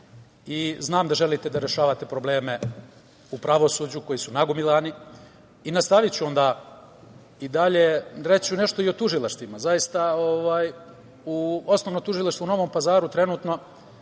Znam da želite da rešavate probleme u pravosuđu koji su nagomilani. Nastaviću i dalje. Reći ću nešto i o tužilaštvima. Osnovno tužilaštvo u Novom Pazaru trenutno